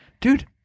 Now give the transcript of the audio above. dude